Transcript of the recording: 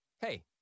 Hey